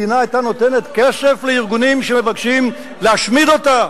מדינה היתה נותנת כסף לארגונים שמבקשים להשמיד אותה?